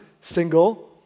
single